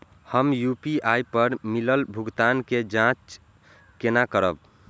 हम यू.पी.आई पर मिलल भुगतान के जाँच केना करब?